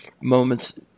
moments